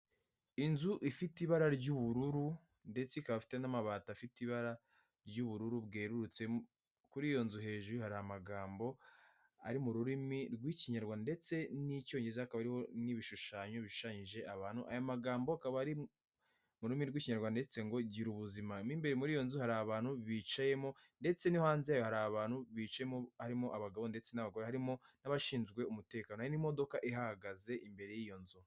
Inzu ifite ibara ry'ubururu, ndetse ikaba afite n'amabati afite ibara ry'ubururu bwerurutse, kuri iyo nzu hejuru hari amagambo ari mu rurimi rw'ikinyarwanda ndetse n'icyongereza, hakaba hariho n'ibishushanyo bishushanyije abantu, aya magambo akaba ari mu rurimi rw'ikinyarwanda yanditse ngo:"Gira ubuzima." Mo imbere muri iyo nzu hari abantu bicayemo, ndetse no hanze yayo hari abantu bicayemo harimo abagabo ndetse n'abagore, harimo n'abashinzwe umutekano hari n'imodoka ihahagaze imbere y'iyo nzu.